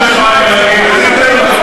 אופיר, איזה מזל.